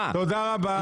תודה רבה.